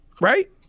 Right